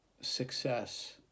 success